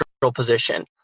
position